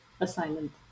assignment